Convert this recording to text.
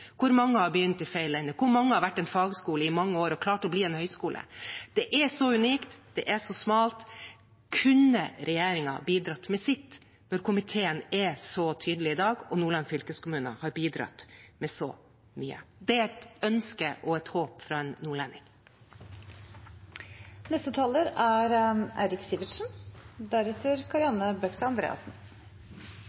Hvor mange har begynt i feil ende? Hvor mange har vært en fagskole i mange år og klart å bli en høyskole? Det er så unikt, det er så smalt. Kunne regjeringen ha bidratt med sitt når komiteen er så tydelig i dag, og Nordland fylkeskommune har bidratt med så mye? Det er et ønske og et håp fra en